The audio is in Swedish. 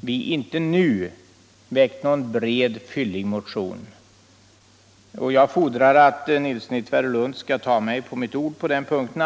vi inte nu väckt någon bred och fyllig motion. Jag fordrar att herr Nilsson i Tvärålund skall ta mig på mitt ord på den punkten.